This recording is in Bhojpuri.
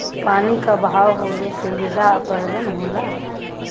पानी क बहाव होले से मृदा अपरदन होला